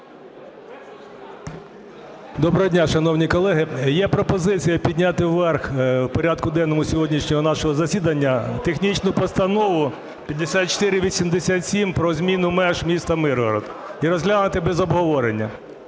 Доброго дня, шановні колеги. Є пропозиція підняти вверх у порядку денному сьогоднішнього нашого засідання технічну Постанову 5487 про зміну меж міста Миргорода і розглянути без обговорення.